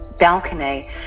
Balcony